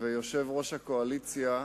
יושב-ראש הקואליציה,